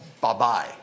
Bye-bye